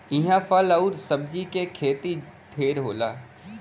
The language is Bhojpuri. इहां फल आउर सब्जी के खेती ढेर होला